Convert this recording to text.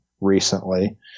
recently